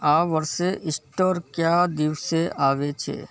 આ વર્ષે ઇસ્ટર કયા દિવસે આવે છે